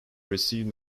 receive